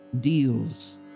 deals